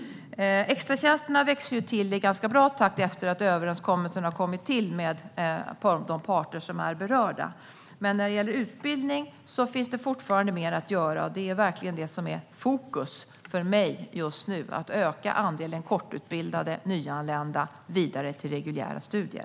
Extratjänsterna växer till i ganska bra takt efter att överenskommelsen kom till med de parter som är berörda. Men när det gäller utbildning finns det fortfarande mer att göra, och det är verkligen det som är fokus för mig just nu. Vi ska öka andelen kortutbildade nyanlända vidare till reguljära studier.